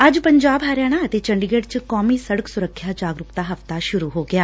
ਅੱਜ ਪੰਜਾਬ ਹਰਿਆਣਾ ਅਤੇ ਚੰਡੀਗੜ ਚ ਕੌਮੀ ਸੜਕ ਸੁਰੱਖਿਆ ਜਾਗਰੁਕਤਾ ਹਫ਼ਤਾ ਸੂਰੁ ਹੋ ਗਿਐ